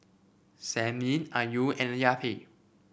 Senin Ayu and Yati